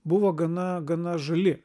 buvo gana gana žali